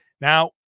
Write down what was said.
Now